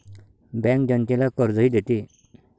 bank जनतेला कर्जही देते